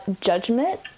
judgment